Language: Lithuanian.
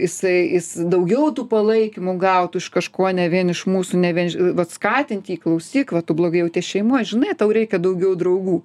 jisai jis daugiau tų palaikymų gautų iš kažkuo ne vien iš mūsų ne vien vat skatinti jį klausyk va tu blogai jauties šeimoj žinai tau reikia daugiau draugų